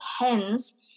depends